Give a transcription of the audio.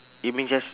you mean just